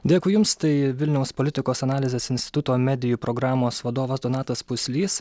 dėkui jums tai vilniaus politikos analizės instituto medijų programos vadovas donatas puslys